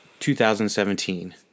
2017